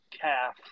calf